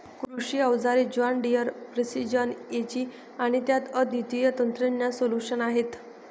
कृषी अवजारे John Deere precision AG आणि त्यात अद्वितीय तंत्रज्ञान सोल्यूशन्स आहेत